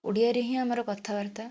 ଓଡ଼ିଆରେ ହିଁ ଆମର କଥାବାର୍ତ୍ତା